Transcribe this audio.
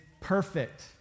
perfect